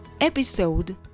episode